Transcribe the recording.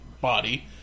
body